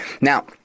Now